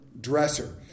dresser